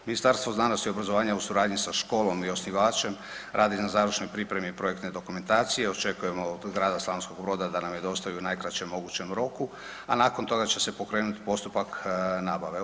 Ministarstvo znanosti i obrazovanja u suradnji sa školom i osnivačem radi na završnoj pripremi projektne dokumentaciju, očekujemo od Grada Slavonskog Broda da nam ju dostavi u najkraćem mogućem roku, a nakon toga će se pokrenuti postupak nabave.